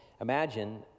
Imagine